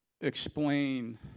explain